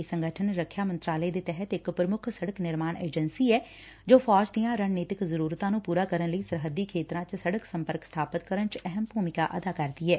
ਇਹ ਸੰਗਠਨ ਰੱਖਿਆ ਮੰਤਰਾਲੇ ਦੇ ਤਹਿਤ ਇਕ ਪ੍ਰਮੁੱਖ ਸੜਕ ਨਿਰਮਾਣ ਏਜੰਸੀ ਐ ਜੋ ਫੌਜ ਦੀਆਂ ਰਣਨੀਤੀਕ ਜ਼ਰੁਰਤਾਂ ਨੂੰ ਪੁਰਾ ਕਰਨ ਲਈ ਸਰਹੱਦੀ ਖੇਤਰਾਂ ਚ ਸੜਕ ਸੰਪਰਕ ਸਬਾਪਤ ਕਰਨ ਚ ਅਹਿਮ ਭੂਮਿਕਾ ਅਦਾ ਕਰਦੀ ਐ